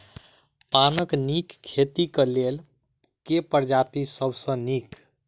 पानक नीक खेती केँ लेल केँ प्रजाति सब सऽ नीक?